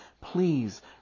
Please